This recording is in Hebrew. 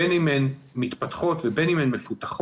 בין אם הן מתפתחות ובין אם הן מפותחות,